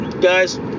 guys